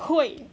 会